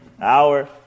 Hour